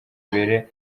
imbere